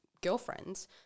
girlfriends